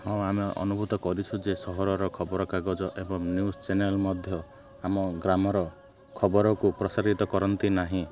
ହଁ ଆମେ ଅନୁଭୂତ କରିଛୁ ଯେ ସହରର ଖବରକାଗଜ ଏବଂ ନ୍ୟୁଜ୍ ଚ୍ୟାନେଲ୍ ମଧ୍ୟ ଆମ ଗ୍ରାମର ଖବରକୁ ପ୍ରସାରିତ କରନ୍ତି ନାହିଁ